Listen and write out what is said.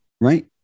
right